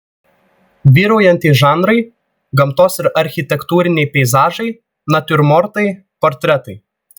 vyraujantys žanrai gamtos ir architektūriniai peizažai natiurmortai portretai